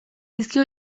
dizkio